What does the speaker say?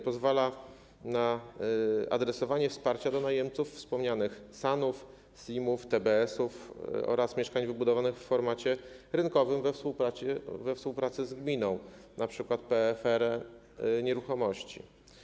Pozwala on na adresowanie wsparcia do najemców wspomnianych SAN-ów, SIM-ów, TBS-ów oraz mieszkań wybudowanych w formacie rynkowym we współpracy z gminą, np. PFR Nieruchomości.